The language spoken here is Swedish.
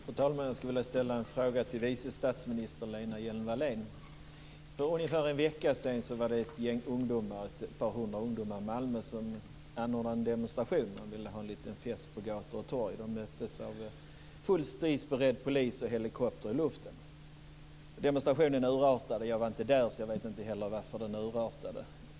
Fru talman! Jag vill ställa en fråga till vice statsminister Lena Hjelm-Wallén. För ungefär en vecka sedan anordnade ett gäng - ett par hundra - ungdomar i Malmö en demonstration. Man ville ha en liten fest på gator och torg. De möttes av fullt stridsberedd polis och helikopter i luften. Demonstrationen urartade. Jag var inte där, så jag vet inte varför den gjorde det.